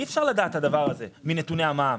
אי אפשר לדעת את זה מנתוני המע"מ.